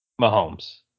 Mahomes